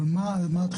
אבל מה הדחיפות?